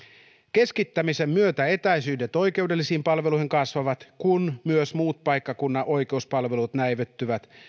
keskittämisen myötä etäisyydet oikeudellisiin palveluihin kasvavat kun myös muut paikkakunnan oikeuspalvelut näivettyvät